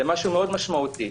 זה משהו מאוד משמעותי.